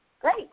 great